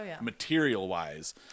material-wise